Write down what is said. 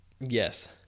Yes